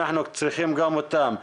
אנחנו צריכים גם אותם.